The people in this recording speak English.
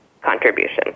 contribution